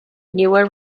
newer